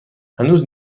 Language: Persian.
هنوز